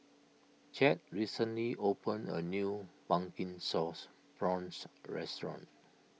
Chadd recently opened a new Pumpkin Sauce Prawns restaurant